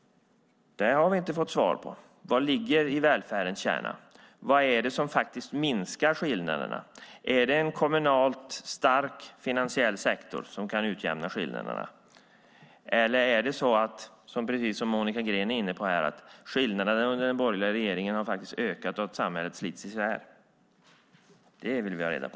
Det har vi inte fått svar på. Vad ligger i välfärdens kärna? Vad är det som faktiskt minskar skillnaderna? Är det en kommunal, stark finansiell sektor som kan utjämna skillnaderna? Eller är det så, precis som Monica Green är inne på här, att skillnaderna under den borgerliga regeringen har ökat och att samhället slits isär? Det vill vi ha reda på.